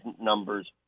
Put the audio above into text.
numbers